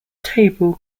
table